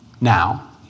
now